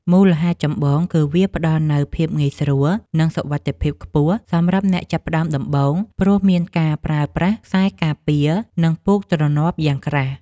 មូលហេតុចម្បង គឺវាផ្ដល់នូវភាពងាយស្រួល និងសុវត្ថិភាពខ្ពស់សម្រាប់អ្នកចាប់ផ្ដើមដំបូង ព្រោះមានការប្រើប្រាស់ខ្សែការពារ និងពូកទ្រាប់យ៉ាងក្រាស់។